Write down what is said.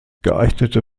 geeignete